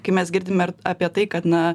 kai mes girdime apie tai kad na